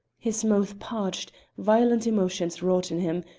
his mouth parched violent emotions wrought in him,